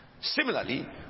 Similarly